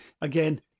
again